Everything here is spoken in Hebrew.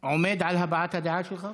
אתה עומד על הבעת הדעה שלך?